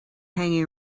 hanging